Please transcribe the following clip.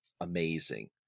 amazing